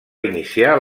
iniciar